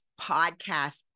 podcast